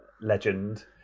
legend